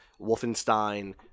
Wolfenstein